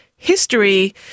History